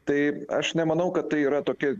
tai aš nemanau kad tai yra tokia